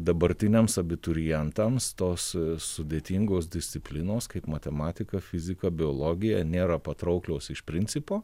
dabartiniams abiturientams tos sudėtingos disciplinos kaip matematika fizika biologija nėra patrauklios iš principo